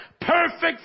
perfect